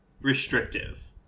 restrictive